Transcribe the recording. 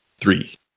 three